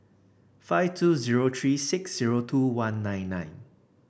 five two zero three six zero two one nine nine